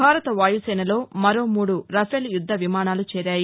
భారత వాయుసేనలో మరో మూడు రఫేల్ యుద్దవిమానాలు చేరాయి